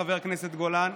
חבר הכנסת גולן,